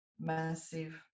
massive